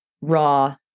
raw